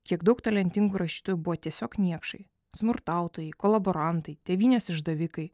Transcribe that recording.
kiek daug talentingų rašytojų buvo tiesiog niekšai smurtautojai kolaborantai tėvynės išdavikai